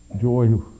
joy